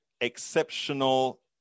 exceptional